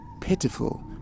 pitiful